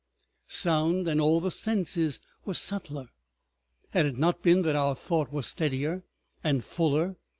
sound and all the senses were subtler had it not been that our thought was steadier and fuller,